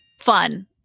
fun